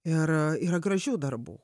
ir yra gražių darbų